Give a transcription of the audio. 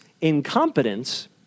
incompetence